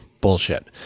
bullshit